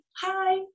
Hi